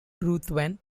ruthven